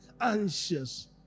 anxious